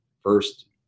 first